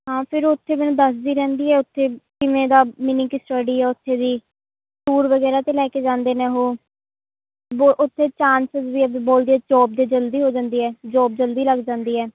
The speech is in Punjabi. ਹਾਂ ਫਿਰ ਉੱਥੇ ਮੈਨੂੰ ਦੱਸਦੀ ਰਹਿੰਦੀ ਹੈ ਉੱਥੇ ਕਿਵੇਂ ਦਾ ਮਿਨੀਗ ਕਿ ਸਟਡੀ ਆ ਉੱਥੇ ਦੀ ਟੂਰ ਵਗੈਰਾ 'ਤੇ ਲੈ ਕੇ ਜਾਂਦੇ ਨੇ ਉਹ ਵੋ ਉੱਥੇ ਚਾਂਸ ਵੀ ਹੈ ਬੋਲਦੀ ਹੈ ਜੋਬ ਦੇ ਜਲਦੀ ਹੋ ਜਾਂਦੀ ਹੈ ਜੋਬ ਜਲਦੀ ਲੱਗ ਜਾਂਦੀ ਹੈ